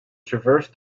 traverse